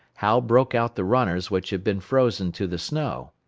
hal broke out the runners which had been frozen to the snow.